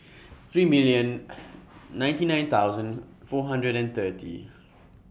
three million ninety nine thousand four hundred and thirty